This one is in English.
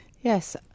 Yes